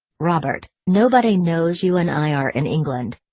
robert, nobody knows you and i are in england.